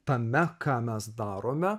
tame ką mes darome